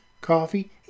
coffee